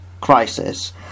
crisis